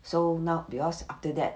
so now because after that